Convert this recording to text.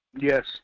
Yes